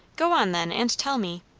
go on, then, and tell me.